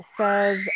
says